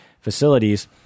facilities